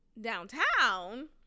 downtown